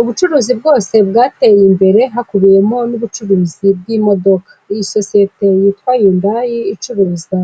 Ubucuruzi bwose bwateye imbere hakubiyemo n'ubucuruzi bw'imodoka. Iyi sosiyete yitwa Hyundai icuruza